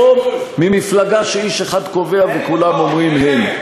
הרבה יותר טוב ממפלגה שאיש אחד קובע וכולם אומרים הן.